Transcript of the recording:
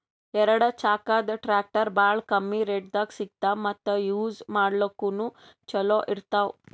ಎರಡ ಚಾಕದ್ ಟ್ರ್ಯಾಕ್ಟರ್ ಭಾಳ್ ಕಮ್ಮಿ ರೇಟ್ದಾಗ್ ಸಿಗ್ತವ್ ಮತ್ತ್ ಯೂಜ್ ಮಾಡ್ಲಾಕ್ನು ಛಲೋ ಇರ್ತವ್